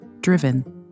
driven